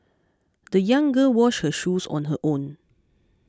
the young girl washed her shoes on her own